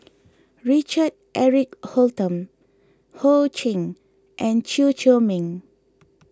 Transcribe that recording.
Richard Eric Holttum Ho Ching and Chew Chor Meng